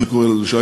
כפי שאני קורא לזה,